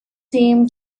seem